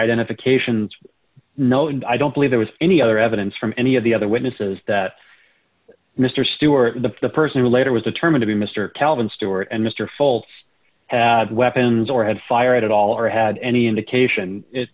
identifications know and i don't believe there was any other evidence from any of the other witnesses that mr stewart the person later was determine to be mr calvin stewart and mr fulton had weapons or had fired at all or had any indication